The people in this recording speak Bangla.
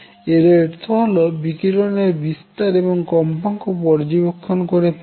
এর অর্থ হল বিকিরণের বিস্তার এবং কম্পাঙ্ক পর্যবেক্ষণ করে পাওয়া